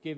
che,